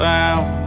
Down